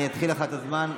אני אתחיל לך את הזמן מחדש,